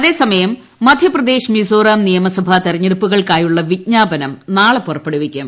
അതേ സമയം മധ്യപ്രദേശ് മിസോറാം നിയമസഭ തെരഞ്ഞെടുപ്പുകൾക്കായുള്ള വിജ്ഞാപനം നാളെ പുറപ്പെടുവിക്കും